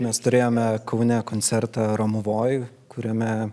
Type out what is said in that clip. mes turėjome kaune koncertą romuvoj kuriame